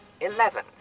eleven